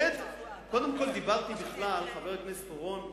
קודם כול, דיברתי בכלל, חבר הכנסת אורון,